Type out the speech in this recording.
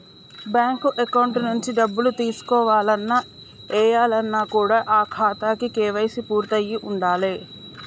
bank account నుంచి డబ్బులు తీసుకోవాలన్న, ఏయాలన్న కూడా ఆ ఖాతాకి కేవైసీ పూర్తయ్యి ఉండాలే